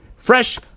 Fresh